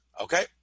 Okay